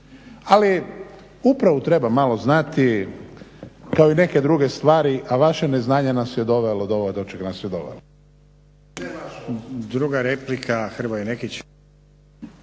Ali upravu treba malo znati kao i neke druge stvari, a vaše neznanje nas je dovelo do ovog do čeg nas je dovelo.